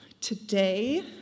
today